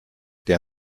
der